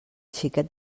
xiquet